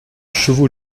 chevaux